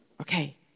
okay